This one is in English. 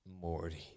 Morty